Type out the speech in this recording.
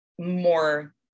more